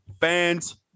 Fans